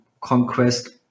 Conquest